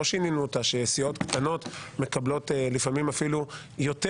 שלא שינינו אותה שלפיה סיעות קטנות מקבלות אפילו יותר